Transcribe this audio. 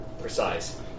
precise